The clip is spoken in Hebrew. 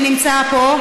שנמצא פה,